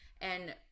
And-